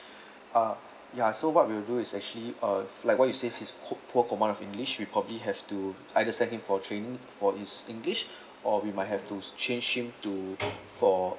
uh ya so what we will do is actually uh like what you said his poor poor command of english we probably have to either send him for training for his english or we might have to change him to for